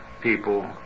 people